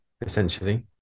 essentially